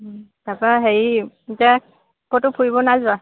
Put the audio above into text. তাৰাপা হেৰি যে ক'তো ফুৰিব নাই যোৱা